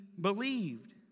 believed